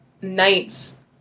nights